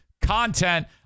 content